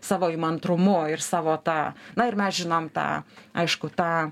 savo įmantrumu ir savo ta na ir mes žinom tą aišku tą